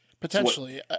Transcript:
Potentially